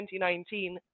2019